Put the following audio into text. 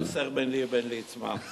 אל תסכסך ביני לבין ליצמן.